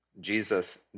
Jesus